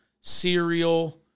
cereal